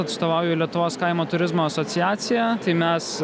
atstovauju lietuvos kaimo turizmo asociaciją tai mes